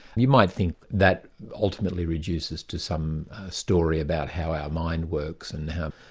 you might think that ultimately reduces to some story about how our mind works and how